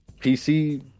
PC